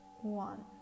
one